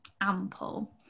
ample